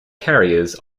carriers